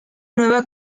nueva